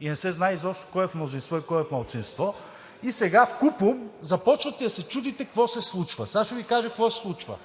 не се знае изобщо кой е в мнозинство и кой е в малцинство. И сега вкупом започвате да се чудите какво се случва. Сега ще Ви кажа какво се случва.